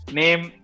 name